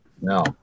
no